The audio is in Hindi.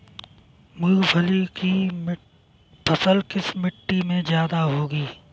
मूंगफली की फसल किस मिट्टी में ज्यादा होगी?